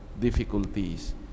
difficulties